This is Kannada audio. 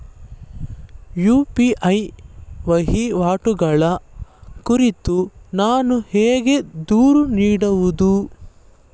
ಯು.ಪಿ.ಐ ವಹಿವಾಟುಗಳ ಕುರಿತು ನಾನು ಹೇಗೆ ದೂರು ನೀಡುವುದು?